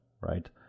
right